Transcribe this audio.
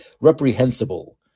reprehensible